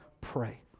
pray